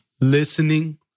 listening